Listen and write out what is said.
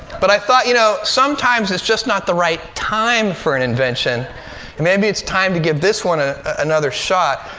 but i thought, you know, sometimes it's just not the right time for an invention maybe it's time to give this one ah another shot.